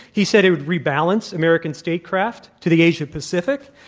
he said he would rebalance american statecraft to the asian pacific.